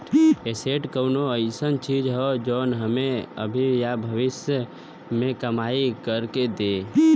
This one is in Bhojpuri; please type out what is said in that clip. एसेट कउनो अइसन चीज हौ जौन हमें अभी या भविष्य में कमाई कर के दे